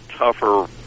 Tougher